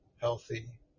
healthy